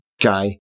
guy